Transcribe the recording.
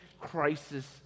crisis